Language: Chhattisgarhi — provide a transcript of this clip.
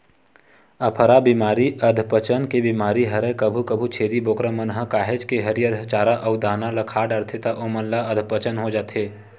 अफारा बेमारी अधपचन के बेमारी हरय कभू कभू छेरी बोकरा मन ह काहेच के हरियर चारा अउ दाना ल खा डरथे त ओमन ल अधपचन हो जाथे